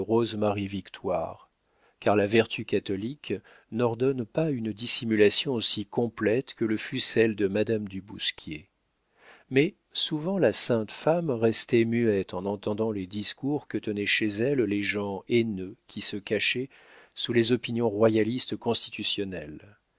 de rose marie victoire car la vertu catholique n'ordonne pas une dissimulation aussi complète que le fut celle de madame du bousquier mais souvent la sainte femme restait muette en entendant les discours que tenaient chez elle les gens haineux qui se cachaient sous les opinions royalistes constitutionnelles